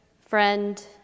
friend